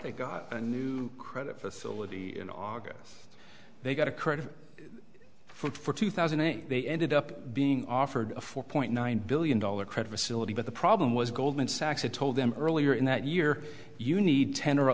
they got a new credit facility in august they got a credit for two thousand and eight they ended up being offered a four point nine billion dollars credit facility but the problem was goldman sachs had told them earlier in that year you need ten or